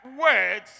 words